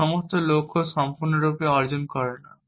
যা সমস্ত লক্ষ্য সম্পূর্ণরূপে অর্জন করে না